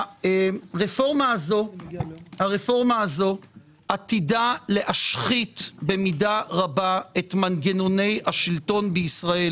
הרפורמה הזו עתידה להשחית במידה רבה את מנגנוני השלטון בישראל.